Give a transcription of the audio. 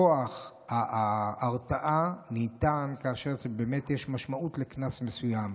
כוח ההרתעה ניתן כאשר באמת יש משמעות לקנס מסוים.